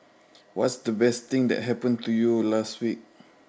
what's the best thing that happened to you last week